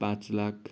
पाँच लाख